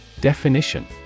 Definition